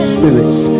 Spirits